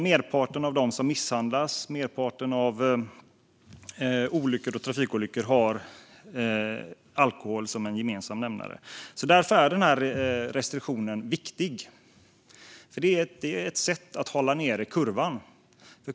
Merparten av dem som misshandlas och merparten av olyckorna och trafikolyckorna har alkohol som en gemensam nämnare. Därför är denna restriktion viktig. Detta är ett sätt att hålla nere kurvan.